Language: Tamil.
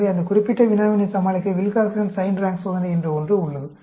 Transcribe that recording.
எனவே அந்த குறிப்பிட்ட வினாவினைச் சமாளிக்க வில்காக்சன் சைன்ட் ரான்க் சோதனை என்று ஒன்று உள்ளது